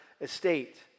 estate